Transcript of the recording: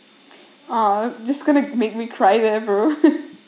!aww! this going to make me cry eh bro